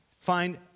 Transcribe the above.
find